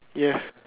ya